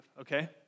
Okay